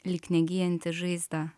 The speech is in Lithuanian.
lyg negyjanti žaizda